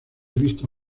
vista